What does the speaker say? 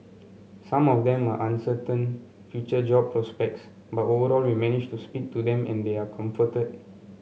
some of them uncertain future job prospects but overall we managed to speak to them and they are comforted